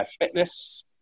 Fitness